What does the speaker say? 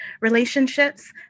relationships